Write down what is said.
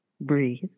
Breathe